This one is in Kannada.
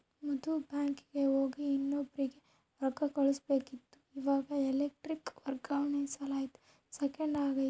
ಮೊದ್ಲು ಬ್ಯಾಂಕಿಗೆ ಹೋಗಿ ಇನ್ನೊಬ್ರಿಗೆ ರೊಕ್ಕ ಕಳುಸ್ಬೇಕಿತ್ತು, ಇವಾಗ ಎಲೆಕ್ಟ್ರಾನಿಕ್ ವರ್ಗಾವಣೆಲಾಸಿ ಸೆಕೆಂಡ್ನಾಗ ಆಗ್ತತೆ